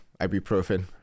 ibuprofen